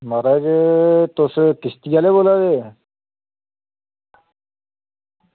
महाराज तुस किश्ती आह्ले बोला दे